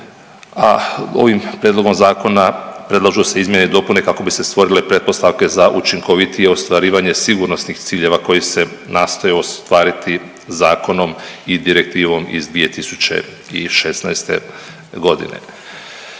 a ovim prijedlogom zakona predlažu se izmjene i dopune kako bi se stvorile pretpostavke za učinkovitije ostvarivanje sigurnosnih ciljeva koji se nastoje ostvariti zakonom i Direktivom iz 2016. g.